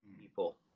people